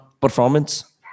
performance